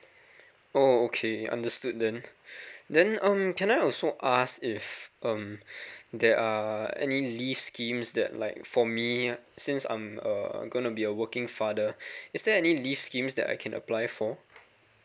oh okay understood then then um can I also ask if um there are any leave schemes that like for me since I'm uh gonna be a working father is there any leave schemes that I can apply for